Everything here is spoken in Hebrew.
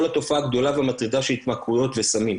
התופעה הגדולה והמטרידה של התמכרויות לסמים.